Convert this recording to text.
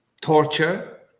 torture